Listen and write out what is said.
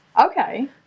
Okay